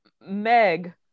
Meg